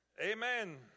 Amen